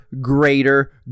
greater